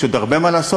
יש עוד הרבה מה לעשות,